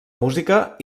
música